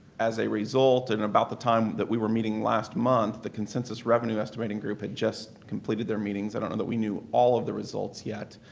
as a result and at about the time that we were meeting last month, the consensus revenue estimating group had just completed their meetings. i don't know that we knew all of the results yet.